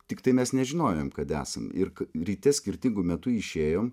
tiktai mes nežinojom kad esam ir ryte skirtingu metu išėjom